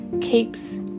keeps